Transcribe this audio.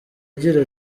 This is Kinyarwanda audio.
agira